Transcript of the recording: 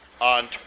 on